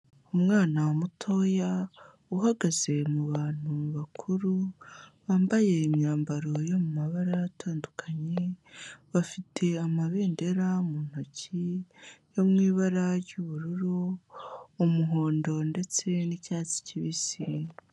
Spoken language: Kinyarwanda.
Umwana mutoya, uhagaze mu bantu bakuru, bambaye imyambaro yo mu mabara atandukanye, bafite amabendera mu ntoki yo mu ibara ry'ubururu, umuhondo ndetse n'icyatsi kibisi.